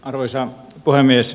arvoisa puhemies